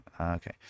Okay